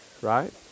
right